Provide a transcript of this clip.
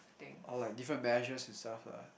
oh like different measures and stuff lah